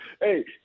Hey